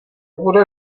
bude